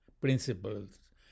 principles